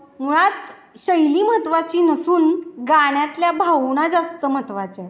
मुळात शैली महत्वाची नसून गाण्यातल्या भावना जास्त महत्वाच्या आहेत